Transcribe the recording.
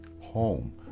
home